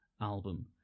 album